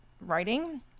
writing